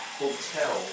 hotel